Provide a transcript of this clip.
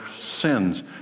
sins